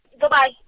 Goodbye